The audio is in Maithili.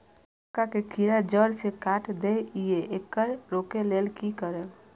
मक्का के कीरा जड़ से काट देय ईय येकर रोके लेल की करब?